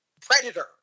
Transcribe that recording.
Predator